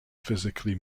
physically